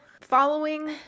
following